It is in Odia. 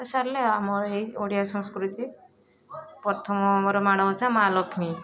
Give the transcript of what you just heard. ସରିଲା ଆମର ଏଇ ଓଡ଼ିଆ ସଂସ୍କୃତି ପ୍ରଥମ ଆମର ମାଣବସା ମହାଲକ୍ଷ୍ମୀ